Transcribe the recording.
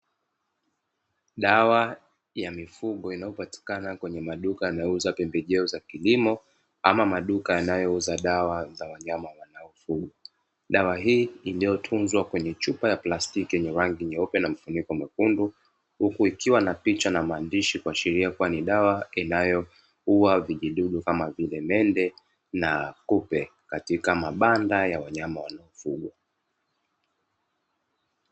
Dawa ya mifugo inayopatikana kwenye maduka yanayouza pembejeo za kilimo ama maduka yanayouza dawa za wanyama wanaofugwa. Dawa hii iliyotunzwa kwenye chupa ya plastiki yenye rangi nyeupe na mfuniko mwekundu, huku ikiwa na picha na maandishi kuashiria kuwa ni dawa itumikayo kuua vijidudu kama vile mende na kupe katika mabanda ya wanyama wanaofugwa.